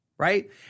Right